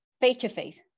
face-to-face